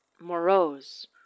morose